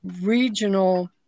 regional